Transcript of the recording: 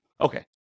okay